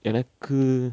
எனக்கு:enaku